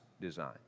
design